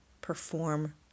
perform